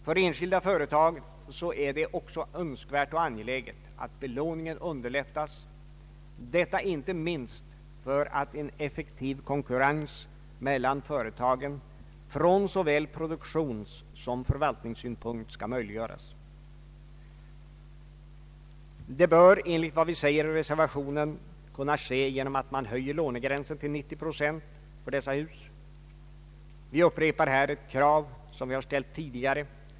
För enskilda företag är det också önskvärt och angeläget att belåningen underlättas; detta inte minst för att en effektiv konkurrens mellan företagen från såväl produktionssom förvaltningssynpunkt skall möjliggöras. Det bör enligt vad vi säger i reservationen kunna ske genom att man höjer lånegränsen till 90 procent för dessa hus. Vi upprepar här ett krav som vi har ställt tidigare.